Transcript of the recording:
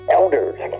elders